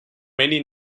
many